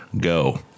go